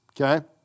okay